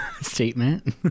statement